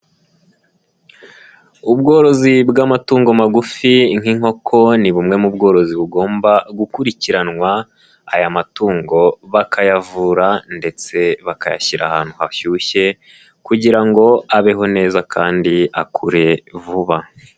Ubworozi bw'amatungo magufi nk'inkoko ni bumwe mu bworozi bugomba gukurikiranwa, aya matungo bakayavura ndetse bakayashyira ahantu hashyushye kugira ngo abeho neza kandi akure vuba.